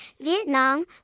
Vietnam